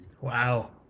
Wow